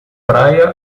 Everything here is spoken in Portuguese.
praia